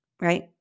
right